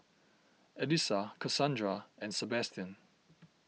Elisa Kassandra and Sebastian